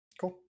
cool